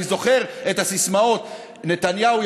אני זוכר את הסיסמאות: נתניהו,